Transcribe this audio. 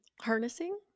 harnessing